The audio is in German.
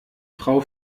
frau